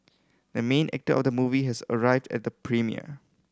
the main actor of the movie has arrived at the premiere